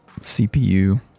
CPU